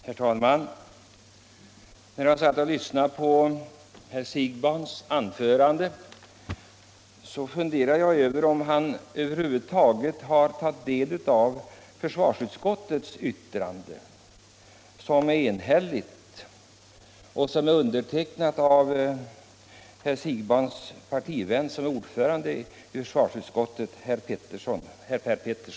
Herr talman! När jag satt och lyssnade på herr Siegbahns anförande undrade jag om han över huvud taget har tagit del av försvarsutskottets enhälliga yttrande, som är undertecknat av herr Siegbahns partivän, ordföranden i försvarsutskottet herr Per Petersson i Gäddvik.